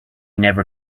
never